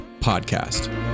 Podcast